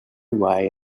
way